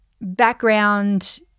background